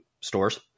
stores